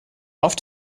off